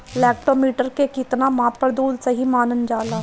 Lactometer के कितना माप पर दुध सही मानन जाला?